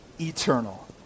eternal